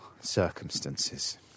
circumstances